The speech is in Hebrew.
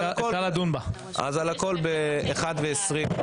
אז על הכול ב-13:20.